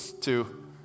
two